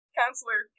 counselor